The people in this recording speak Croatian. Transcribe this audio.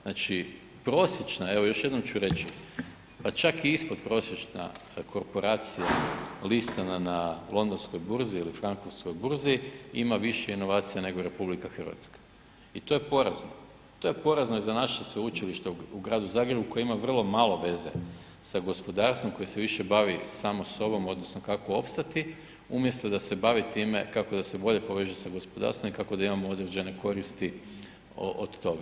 Znači prosječna, evo još jednom ću reći pa čak i ispodprosječna korporacija ... na londonskoj burzi ili frankfurtskoj burzi, ima više inovacija nego RH i to je porazno, to je porazno i za naše sveučilište u gradu Zagrebu koji ima vrlo malo veze sa gospodarstvom koje se više bavi samo sobom odnosno kako opstati umjesto da se bavi time kako da se bolje poveže sa gospodarstvom i kako da imamo određene koristi od toga.